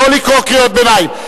לא לקרוא קריאות ביניים.